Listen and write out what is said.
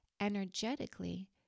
energetically